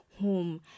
home